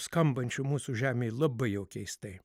skambančių mūsų žemėj labai jau keistai